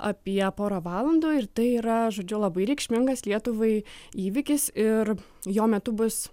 apie porą valandų ir tai yra žodžiu labai reikšmingas lietuvai įvykis ir jo metu bus